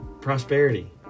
prosperity